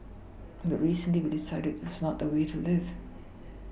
but recently we decided was not the way to live